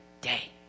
day